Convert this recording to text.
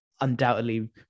Undoubtedly